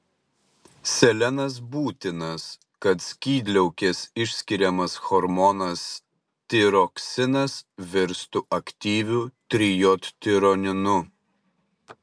selenas būtinas kad skydliaukės išskiriamas hormonas tiroksinas virstų aktyviu trijodtironinu